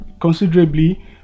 considerably